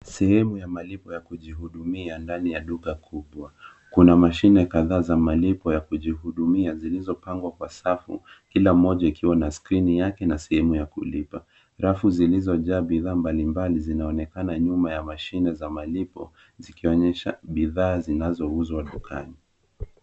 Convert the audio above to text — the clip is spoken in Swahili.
Sehemu ya malipo ya kujihudumia ndani ya duka kubwa. Kuna mashine kadhaa za malipo ya kujihudumia zilizopangwa kwa safu, kila moja ikiwa na skrini yake na simu ya kulipa. Rafu zilizojaa bidhaa mbali mbali zinaonekana nyuma ya mashine za malipo, zikionyesha bidhaa zinazouzwa dukani.